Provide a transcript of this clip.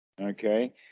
Okay